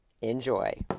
Enjoy